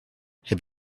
have